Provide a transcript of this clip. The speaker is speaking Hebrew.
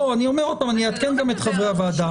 אני אומר עוד פעם, אני אעדכן גם את חברי הוועדה.